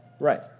Right